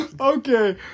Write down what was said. Okay